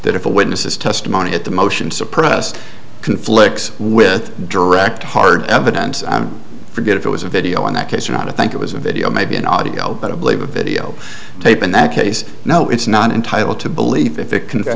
that if a witness's testimony at the motion suppressed conflicts with direct hard evidence for good if it was a video in that case or not i think it was a video maybe an audio but i believe a video tape in that case no it's not entitled to believe